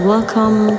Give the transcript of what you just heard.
Welcome